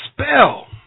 spell